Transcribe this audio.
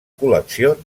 col·lecció